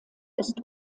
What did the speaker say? ist